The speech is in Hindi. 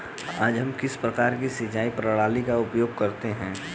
आज हम किस प्रकार की सिंचाई प्रणाली का उपयोग करते हैं?